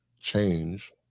change